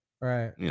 Right